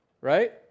right